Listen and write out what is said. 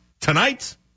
tonight